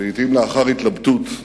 לעתים לאחר התלבטות,